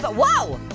but whoa.